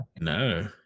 no